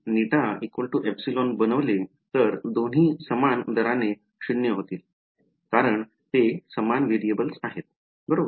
जर मी ηεबनवले तर दोन्ही समान दराने 0 होतील कारण ते समान व्हेरिएबल्स आहेत बरोबर